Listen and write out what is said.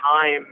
time